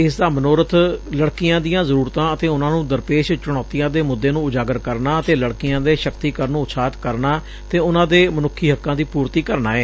ਇਸ ਦਿਨ ਦਾ ਮਨੋਰਥ ਲੜਕੀਆਂ ਦੀਆਂ ਜ਼ਰੁਰਤਾਂ ਅਤੇ ਉਨੂਾਂ ਨੂੰ ਦਰਪੇਸ਼ ਚੁਣੌਤੀਆਂ ਦੇ ਮੁੱਦੇ ਨੂੰ ਉਜਾਗਰ ਕਰਨਾ ਅਤੇ ਲੜਕੀਆਂ ਦੇ ਸ਼ਕਤੀਕਰਨ ਨੂੰ ਉਤਸ਼ਾਹਿਤ ਕਰਨਾ ਤੇ ਉਨੂਾ ਦੇ ਮਨੁੱਖੀ ਹੱਕਾਂ ਦੀ ਪੂਰਤੀ ਕਰਨਾ ਏ